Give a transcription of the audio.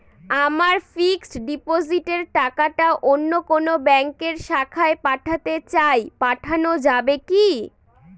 আমার ফিক্সট ডিপোজিটের টাকাটা অন্য কোন ব্যঙ্কের শাখায় পাঠাতে চাই পাঠানো যাবে কি?